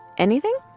anything?